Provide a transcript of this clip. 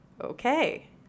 Okay